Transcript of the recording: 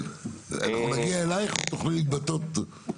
אנחנו נגיע אליך ותוכלי להתבטא.